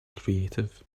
creative